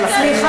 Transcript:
ראש הממשלה.